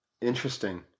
interesting